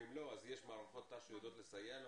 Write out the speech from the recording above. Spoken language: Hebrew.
ואם לא יש מערכות ת"ש שיודעות לסייע לו.